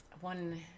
one